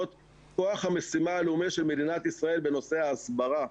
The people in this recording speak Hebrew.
כוח המשימה הלאומי של מדינת ישראל בנושא ההסברה.